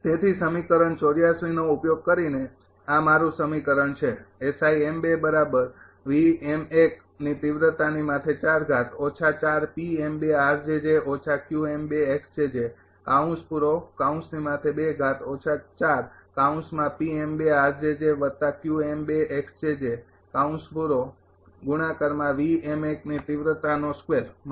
તેથી સમીકરણ ૮૪ નો ઉપયોગ કરીને આ મારુ સમીકરણ છે માટે